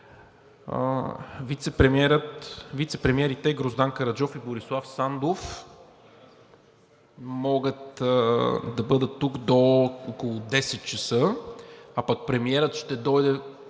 Вицепремиерите Гроздан Караджов и Борислав Сандов могат да бъдат тук до около 10,00 часа, а пък премиерът ще дойде